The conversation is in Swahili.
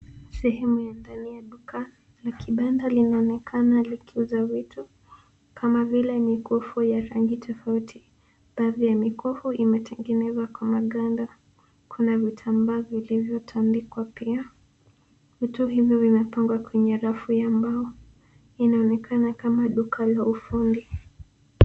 Sehemu ya ndani ya duka la kibanda linaonekana likiuza vitu kama vile mikufu ya rangi tofauti. Baadhi ya mikufu imetengenezwa kwa maganda. Kuna vitambaa vilivyotandikwa pia. Vitu hivyo vimepangwa kwenye rafu ya mbao. Inaonekana kama duka la ufundi.